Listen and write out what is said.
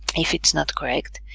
if it's not correct.